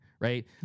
right